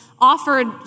offered